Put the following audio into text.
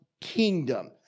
kingdom